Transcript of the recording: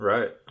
Right